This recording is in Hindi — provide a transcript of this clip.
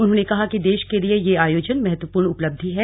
उन्होंने कहा कि देश के लिए यह आयोजन महत्वपूर्ण उपलब्धि हैं